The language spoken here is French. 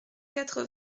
quatre